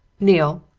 neale,